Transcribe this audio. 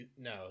no